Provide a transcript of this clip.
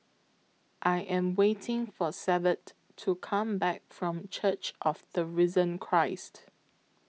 I Am waiting For Severt to Come Back from Church of The Risen Christ